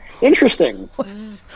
interesting